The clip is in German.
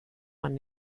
man